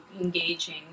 engaging